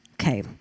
Okay